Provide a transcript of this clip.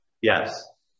Yes